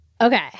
okay